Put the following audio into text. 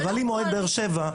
אבל אם אוהד באר שבע,